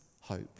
hope